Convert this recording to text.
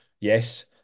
Yes